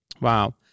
Wow